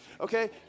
okay